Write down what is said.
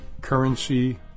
Currency